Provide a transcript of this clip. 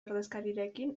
ordezkarirekin